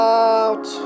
out